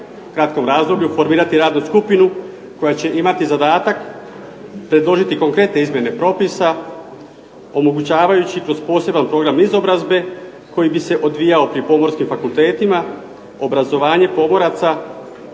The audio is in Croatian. kratkom razdoblju formirati radnu skupinu koja će imati zadatak predložiti konkretne izmjene propisa omogućavajući kroz poseban program izobrazbe koji bi se odvijao pri pomorskim fakultetima obrazovanje pomoraca